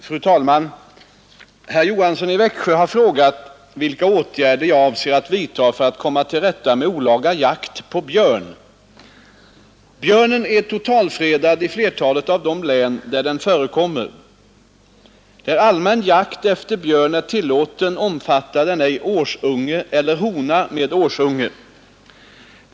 Fru talman! Herr Johansson i Växjö har frågat vilka åtgärder jag avser att vidta för att komma till rätta med olaga jakt på björn. Björnen är totalfredad i flertalet av de län där den förekommer. Där allmän jakt efter björn är tillåten omfattar den ej årsunge eller hona med årsunge.